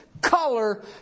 color